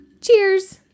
cheers